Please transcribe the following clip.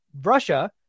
Russia